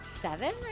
seven